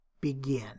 begin